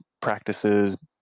practices